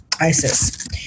ISIS